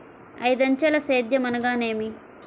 ఐదంచెల సేద్యం అనగా నేమి?